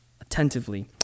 attentively